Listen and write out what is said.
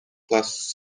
class